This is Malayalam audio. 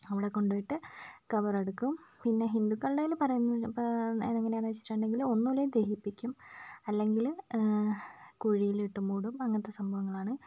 അവിടെ കൊണ്ടുപോയിട്ട് ഖബർ അടക്കും പിന്നെ ഹിന്ദുക്കളുടെ എന്ന് പറയുന്നതിപ്പോൾ അതെങ്ങനെയാണെന്ന് വെച്ചിട്ടുണ്ടെങ്കിൽ ഒന്നില്ലെങ്കിൽ ദഹിപ്പിക്കും അല്ലെങ്കിൽ കുഴിയിലിട്ട് മൂടും അങ്ങനത്തെ സംഭവങ്ങളാണ്